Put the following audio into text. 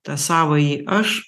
tą savąjį aš